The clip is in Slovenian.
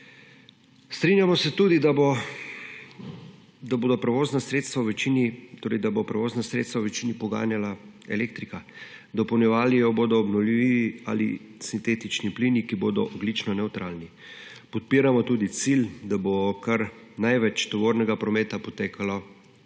Strinjamo se tudi, da bo prevozna sredstva v večini poganjala elektrika. Dopolnjevali jo bodo obnovljivi ali sintetični plini, ki bodo ogljično nevtralni. Podpiramo tudi cilj, da bo kar največ tovornega prometa potekalo